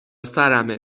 سرمه